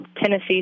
Tennessee